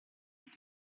alle